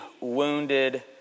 wounded